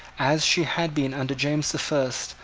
as she had been under james the first,